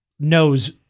Knows